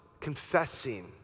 confessing